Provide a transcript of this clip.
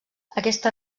aquesta